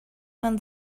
and